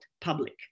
public